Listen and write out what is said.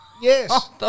Yes